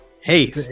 hey